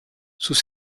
sous